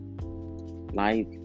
Life